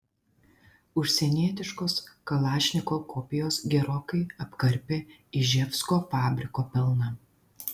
užsienietiškos kalašnikov kopijos gerokai apkarpė iževsko fabriko pelną